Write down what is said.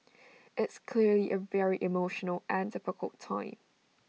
it's clearly A very emotional and difficult time